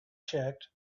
checked